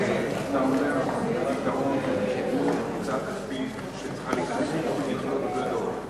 ואתה אומר פתרון שהוא הוצאה כספית שצריכה להיכנס בתוך מכלול גדול,